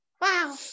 Wow